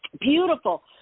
Beautiful